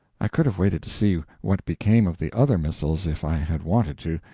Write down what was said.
i could have waited to see what became of the other missiles if i had wanted to,